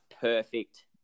perfect